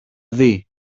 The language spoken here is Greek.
δει